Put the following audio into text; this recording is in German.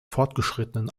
fortgeschrittenen